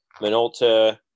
Minolta